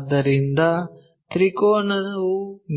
ಆದ್ದರಿಂದ ತ್ರಿಕೋನವು